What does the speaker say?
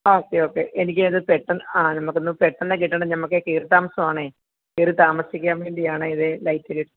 ആ okay okay എനിക്കത് പെട്ടന്ന് ആ നമുക്കൊന്ന് പെട്ടന്ന് കിട്ടണം നമുക്ക് കയറിത്താമസം ആണേ കയറിത്താമസിക്കാൻ വേണ്ടിയാണ് ഇത് ലൈറ്റ്